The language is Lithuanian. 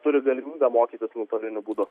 turi galimybę mokytis nuotoliniu būdu